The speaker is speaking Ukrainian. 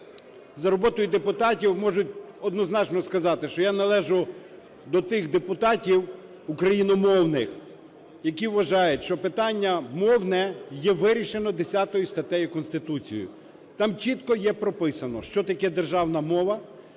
за роботою депутатів, можуть однозначно сказати, що я належу до тих депутатів україномовних, які вважають, що питання мовне є вирішено 10 статтею Конституції. Там чітко є прописано, що таке державна мова